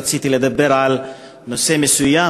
רציתי לדבר על נושא מסוים,